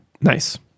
Nice